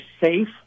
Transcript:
safe